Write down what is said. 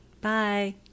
Bye